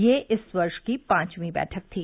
यह इस वर्ष की पांचवी बैठक थी